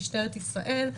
משטרת ישראל,